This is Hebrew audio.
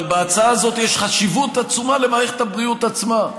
אבל בהצעה הזאת יש חשיבות עצומה למערכת הבריאות עצמה,